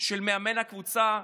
של מאמן הקבוצה,